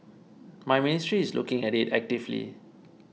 my Ministry is looking at it actively